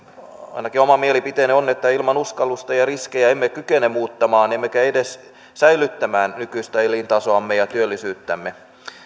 ainakin oma mielipiteeni on että ilman uskallusta ja riskejä emme kykene muuttumaan emmekä edes säilyttämään nykyistä elintasoamme ja työllisyyttämme